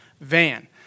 van